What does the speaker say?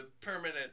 permanent